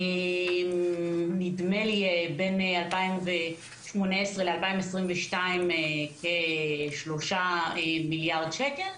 נדמה לי בין 2018-2022 כ-3 מיליארד שקל.